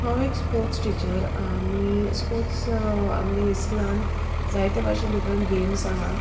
हांव एक sports teacher आनी स्पोर्ट्स आमगे इस्कुलान जायते भाशेन डिफरंट गेम्स आहा